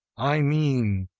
i mean,